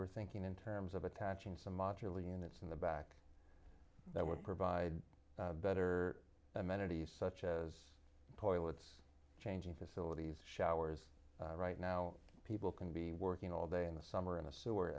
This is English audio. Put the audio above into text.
were thinking in terms of attaching some modular units in the back that would provide better amenities such as poil it's changing facilities showers right now people can be working all day in the summer in a sewer